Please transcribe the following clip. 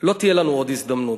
לא תהיה לנו עוד הזדמנות.